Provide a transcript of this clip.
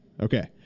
Okay